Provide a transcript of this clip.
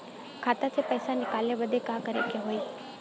खाता से पैसा निकाले बदे का करे के होई?